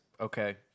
Okay